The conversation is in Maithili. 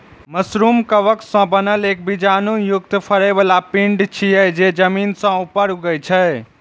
मशरूम कवक सं बनल एक बीजाणु युक्त फरै बला पिंड छियै, जे जमीन सं ऊपर उगै छै